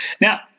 Now